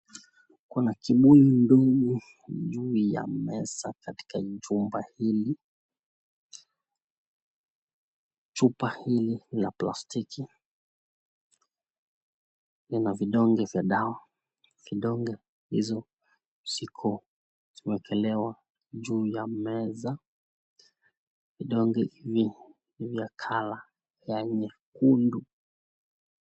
Kuna kibuyu ndonge juu ya meza katika jumba hili. Chupa hili la plastiki, lina vidonge vya dawa. Vidonge hizo ziko zimewekelewa juu ya meza. Vidonge hivi ni vya colour ya nyekundu.